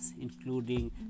including